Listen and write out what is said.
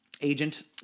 agent